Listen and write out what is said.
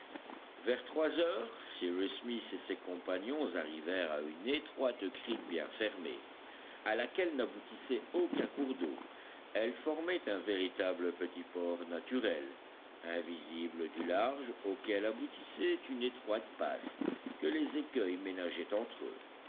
vers trois heures cyrus smith et ses compagnons arrivèrent à une étroite crique bien fermée à laquelle n'aboutissait aucun cours d'eau elle formait un véritable petit port naturel invisible du large auquel aboutissait une étroite passe que les écueils ménageaient entre eux